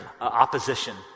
opposition